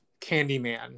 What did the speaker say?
candyman